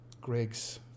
Greg's